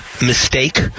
mistake